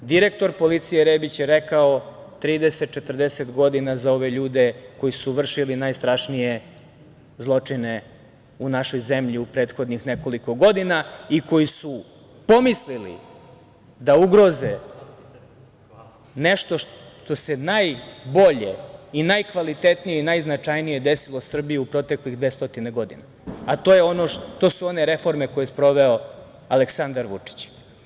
Direktor policije, Rebić, je rekao 30-40 godina za ove ljude koji su vršili najstrašnije zločine u našoj zemlji u prethodnih nekoliko godina i koji su pomislili da ugroze nešto što se najbolje i najkvalitetnije i najznačajnije desilo Srbiji u proteklih 200 godina, a to su one reforme koje je sproveo Aleksandar Vučić.